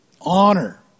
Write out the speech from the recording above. honor